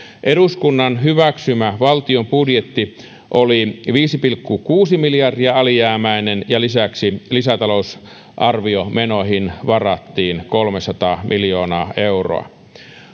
eduskunnan hyväksymä valtion budjetti oli viisi pilkku kuusi miljardia alijäämäinen ja lisäksi lisätalousar viomenoihin varattiin kolmesataa miljoonaa euroa